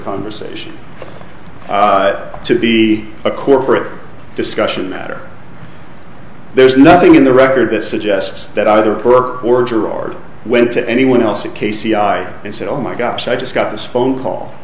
conversation to be a corporate discussion that are there's nothing in the record that suggests that either work or gerard went to anyone else at k c i and said oh my gosh i just got this phone call